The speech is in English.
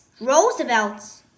Roosevelt's